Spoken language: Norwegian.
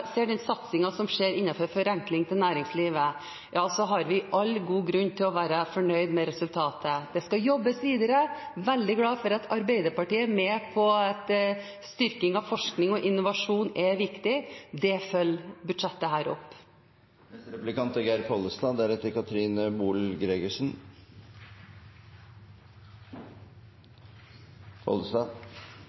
ser den satsingen som skjer innen forenklinger for næringslivet, ja, så har vi all grunn til å være fornøyd med resultatet. Det skal jobbes videre. Jeg er veldig glad for at Arbeiderpartiet er med på at styrking av forskning og innovasjon er viktig. Det følger dette budsjettet